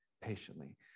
patiently